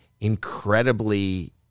incredibly